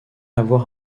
avoir